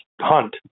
hunt